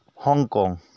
Hong Kong